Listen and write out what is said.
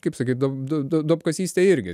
kaip sakyt duob duob duobkasystė irgi